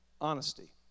Honesty